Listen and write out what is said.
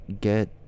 get